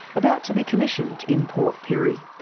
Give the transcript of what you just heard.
about to be commissioned in port pirie.